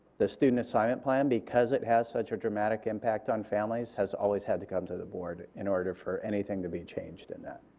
the student assignment plan, because it has such a dramatic impact on families has always had to come to the board in order for anything to be changed in that.